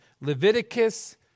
Leviticus